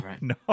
No